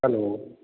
hello